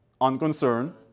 Unconcerned